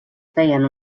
feien